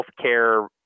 healthcare